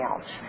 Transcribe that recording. else